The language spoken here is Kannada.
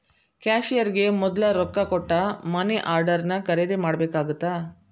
ಕ್ಯಾಶಿಯರ್ಗೆ ಮೊದ್ಲ ರೊಕ್ಕಾ ಕೊಟ್ಟ ಮನಿ ಆರ್ಡರ್ನ ಖರೇದಿ ಮಾಡ್ಬೇಕಾಗತ್ತಾ